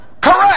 Correct